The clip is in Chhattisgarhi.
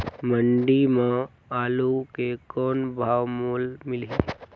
मंडी म आलू के कौन भाव मोल मिलही?